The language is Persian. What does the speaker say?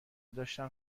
داشتم